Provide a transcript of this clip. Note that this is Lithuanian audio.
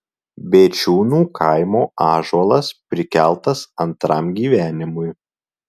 bėčiūnų kaimo ąžuolas prikeltas antram gyvenimui